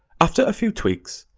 after a few tweaks,